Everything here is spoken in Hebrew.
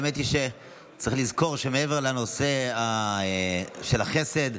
האמת היא שצריך לזכור שמעבר לנושא של החסד,